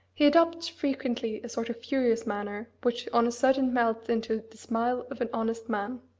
he adopts frequently a sort of furious manner which on a sudden melts into the smile of an honest man.